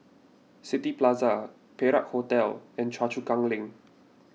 City Plaza Perak Hotel and Choa Chu Kang Link